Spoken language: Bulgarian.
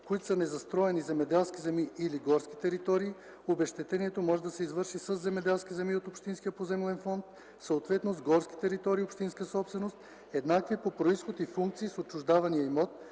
които са незастроени земеделски земи или горски територии, обезщетението може да се извърши със земеделски земи от общинския поземлен фонд, съответно – с горски територии, общинска собственост, еднакви по произход и функции с отчуждавания имот,